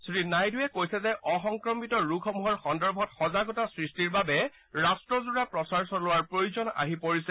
শ্ৰীনাইডুৱে কৈছে যে অসংক্ৰমিত ৰোগসমূহৰ সন্দৰ্ভত সজাগতা সৃষ্টিৰ বাবে ৰাষ্ট্ৰজোৰা প্ৰচাৰ চলোৱাৰ প্ৰয়োজন আহি পৰিছে